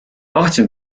tahtsin